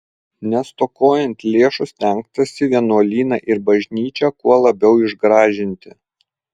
nestokojant lėšų stengtasi vienuolyną ir bažnyčią kuo labiau išgražinti